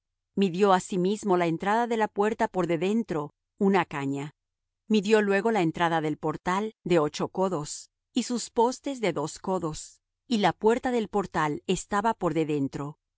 midió asimismo la entrada de la puerta por de dentro una caña midió luego la entrada del portal de ocho codos y sus postes de dos codos y la puerta del portal estaba por de dentro